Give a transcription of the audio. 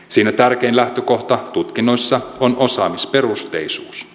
siinä tärkein lähtökohta tutkinnoissa on osaamisperusteisuus